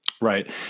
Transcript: Right